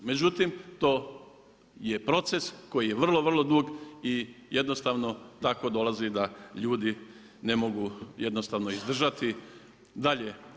Međutim, to je proces koji je vrlo vrlo dug i jednostavno tako dolazi da ljudi ne mogu jednostavno izdržati dalje.